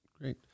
Great